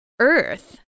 earth